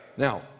Now